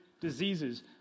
diseases